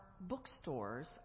bookstores